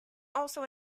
also